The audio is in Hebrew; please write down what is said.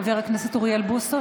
בעד אוריאל בוסו,